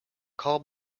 call